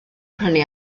prynu